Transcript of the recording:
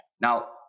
Now